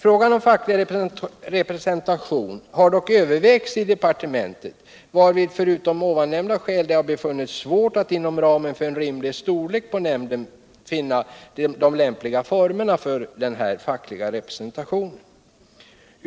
Frågan om facklig representation har dock övervägts i departementet, varvid förutom nämnda skäl det har befunnits svårt att inom ramen för en rimlig storlek hos nämnden finna de lämpliga formerna för facklig representation.